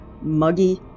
muggy